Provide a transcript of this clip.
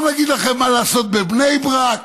לא נגיד לכם מה לעשות בבני ברק,